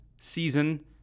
season